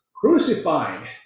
crucified